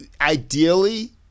ideally